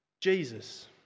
Jesus